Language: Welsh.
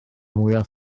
mwyaf